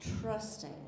trusting